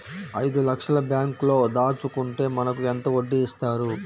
ఐదు లక్షల బ్యాంక్లో దాచుకుంటే మనకు ఎంత వడ్డీ ఇస్తారు?